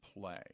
play